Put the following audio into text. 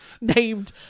Named